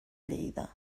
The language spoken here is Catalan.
lleida